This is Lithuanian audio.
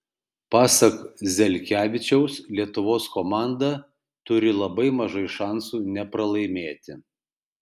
pasak zelkevičiaus lietuvos komanda turi labai mažai šansų nepralaimėti